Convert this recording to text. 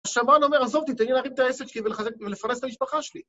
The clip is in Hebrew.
שמעון אומר, עזובתי, תן לי להרים את העסק שלי ולפרנס את המשפחה שלי.